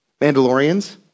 Mandalorians